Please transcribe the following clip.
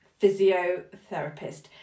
physiotherapist